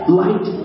light